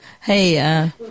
Hey